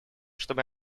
чтобы